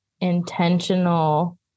intentional